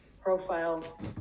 profile